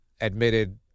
admitted